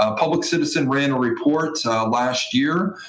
ah public citizen ran a report last year,